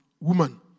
Woman